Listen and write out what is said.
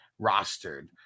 rostered